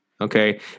Okay